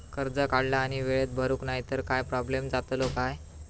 कर्ज काढला आणि वेळेत भरुक नाय तर काय प्रोब्लेम जातलो काय?